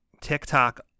tiktok